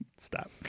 Stop